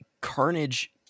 carnage